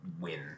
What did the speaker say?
win